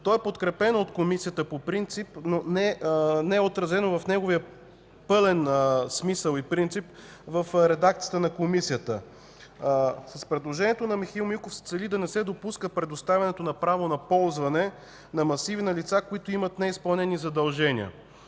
е подкрепено от Комисията по принцип, но не е отразено в неговия пълен смисъл и принцип в редакцията на Комисията. С предложението на Михаил Миков се цели да не се допуска предоставянето на право на ползване на масиви на лица, които имат неизпълнени задължения.